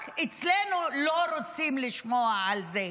רק אצלנו לא רוצים לשמוע על זה,